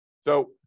So-